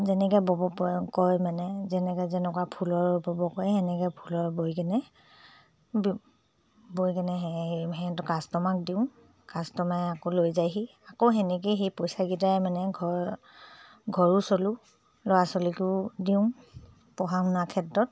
যেনেকৈ বব কয় মানে যেনেকৈ যেনেকুৱা ফুলৰ বব কয় তেনেকৈ ফুলৰ বৈ কেনে বি বৈ কেনে হে সিহঁত কাষ্টমাৰক দিওঁ কাষ্টমাৰে আকৌ লৈ যায়হি আকৌ তেনেকেই সেই পইচাকেইটাই মানে ঘৰ ঘৰো চলোঁ ল'ৰা ছোৱালীকো দিওঁ পঢ়া শুনা ক্ষেত্ৰত